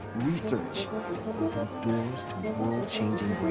research opens doors to and world-changing